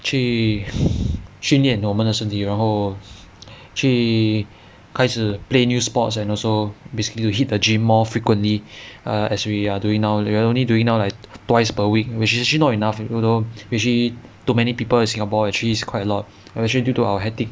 去训练我们的身体然后去开始 play new sports and also basically you hit the gym more frequently ah as we are doing now we are only doing now like twice per week which is actually not enough you know which is to many people in singapore actually is quite a lot especially due to our hectic